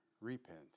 repent